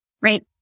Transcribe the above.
right